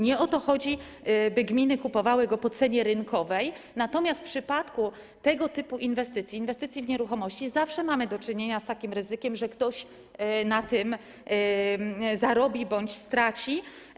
Nie chodzi o to, by gminy kupowały go po cenie rynkowej, natomiast w przypadku tego typu inwestycji, inwestycji w nieruchomości, zawsze mamy do czynienia z ryzykiem, że ktoś na tym zarobi bądź straci.